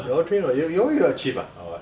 they are trained [what] you eh you are a chief ah or what